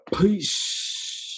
Peace